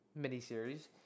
miniseries